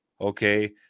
Okay